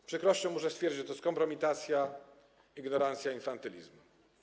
Z przykrością muszę stwierdzić, że to jest kompromitacja, ignorancja i infantylizm.